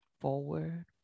forward